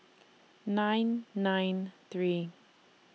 nine nine three